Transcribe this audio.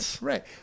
Right